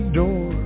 door